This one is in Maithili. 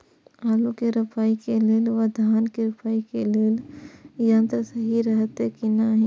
आलु के रोपाई के लेल व धान के रोपाई के लेल यन्त्र सहि रहैत कि ना?